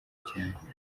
cyane